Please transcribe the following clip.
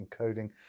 encoding